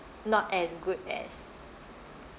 not as good as